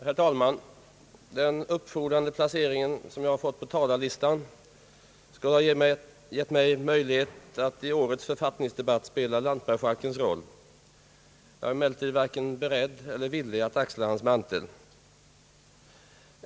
Herr talman! Den uppfordrande placering som jag har fått på talarlistan skulle kanske ha gett mig möjlighet att i årets författningsdebatt spela lantmarskalkens roll. Jag är emellertid varken beredd eller villig att axla hans mantel.